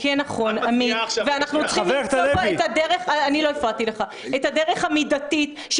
היא מאוד מידתית,